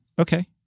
okay